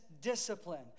discipline